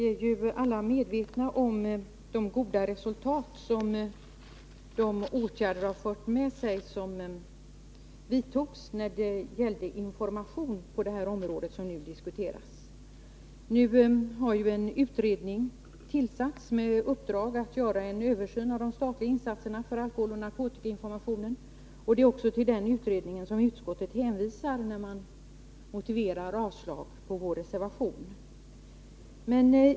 Fru talman! Alla är medvetna om de goda resultaten av de åtgärder som vidtagits för att sprida information på det område som nu diskuteras. En utredning har tillsatts, med uppdrag att göra en översyn av de statliga insatserna när det gäller information om alkohol och narkotika. Utskottet motiverar sitt avslag på vår reservation med hänvisning till just den utredningen.